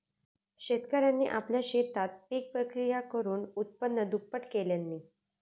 शेतकऱ्यांनी आपल्या शेतात पिक प्रक्रिया करुन उत्पन्न दुप्पट केल्यांनी